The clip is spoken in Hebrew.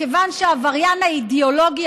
כיוון שהעבריין האידיאולוגי,